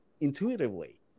intuitively